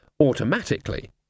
automatically